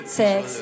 six